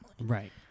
Right